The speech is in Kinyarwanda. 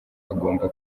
agomba